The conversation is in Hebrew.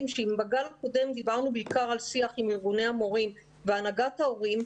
ארגוני המורים והנהגת ההורים,